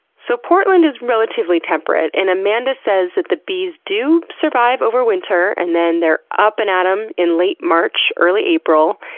so, portland is relatively temperate and amanda says that the bees do survive over winter and then they're up and at em in late march, early april.